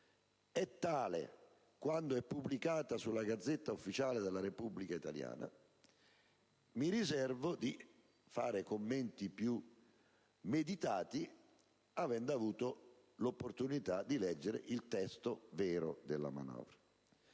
è tale quand'è pubblicata sulla *Gazzetta Ufficiale* della Repubblica italiana, mi riservo di fare commenti più meditati una volta che avrò avuto l'opportunità di leggere il testo vero della manovra.